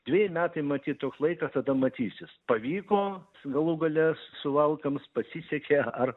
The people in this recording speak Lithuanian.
dveji metai matyt toks laikas tada matysis pavyko galų gale suvalkams pasisekė ar